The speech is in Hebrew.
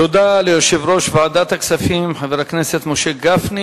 תודה ליושב-ראש ועדת הכספים חבר הכנסת משה גפני.